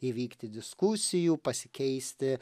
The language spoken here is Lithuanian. įvykti diskusijų pasikeisti